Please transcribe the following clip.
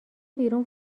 بیرون